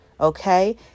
Okay